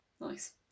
Nice